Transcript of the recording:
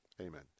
Amen